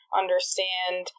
understand